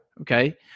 Okay